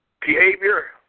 behavior